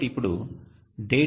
కాబట్టి ఇప్పుడు data